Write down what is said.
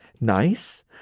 nice